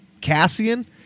Cassian